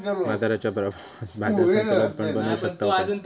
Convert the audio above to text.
बाजाराच्या प्रभावान बाजार संतुलन पण बनवू शकताव काय?